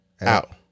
out